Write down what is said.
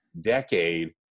decade